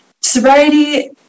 sobriety